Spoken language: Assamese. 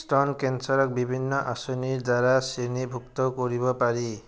স্তন কেন্সাৰক বিভিন্ন আঁচনিৰ দ্বাৰা শ্ৰেণীভুক্ত কৰিব পাৰি